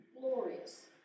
glorious